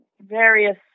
various